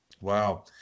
wow